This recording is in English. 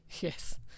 Yes